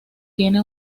tiene